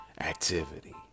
activity